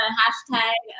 hashtag